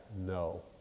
no